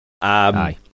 Aye